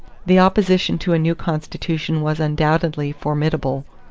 the opposition to a new constitution was undoubtedly formidable.